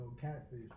catfish